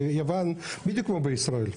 ויוון בדיוק כמו בישראל,